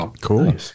Cool